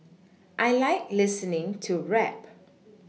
I like listening to rap